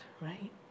right